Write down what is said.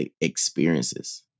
experiences